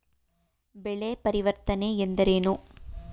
ಬೆಳೆ ಪರಿವರ್ತನೆ ಎಂದರೇನು?